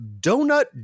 Donut